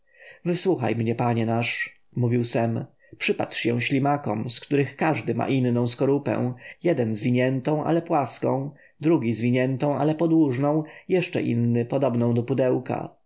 wysłuchaj mnie panie nasz mówił sem przypatrz się ślimakom z których każdy ma inną skorupę jeden zwiniętą ale płaską drugi zwiniętą ale podłużną jeszcze inny podobną do pudełka